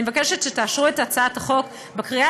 ואני מבקשת שתאשרו את הצעת החוק בקריאה